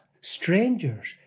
strangers